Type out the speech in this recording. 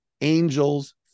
angels